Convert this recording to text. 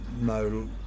no